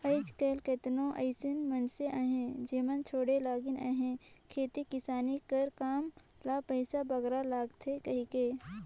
आएज काएल केतनो अइसे मइनसे अहें जेमन छोंड़े लगिन अहें खेती किसानी कर काम ल पइसा बगरा लागथे कहिके